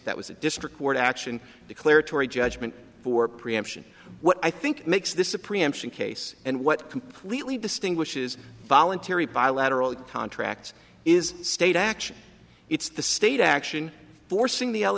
that was a district court action declaratory judgment for preemption what i think makes this a preemption case and what completely distinguishes voluntary bilateral contracts is state action it's the state action forcing the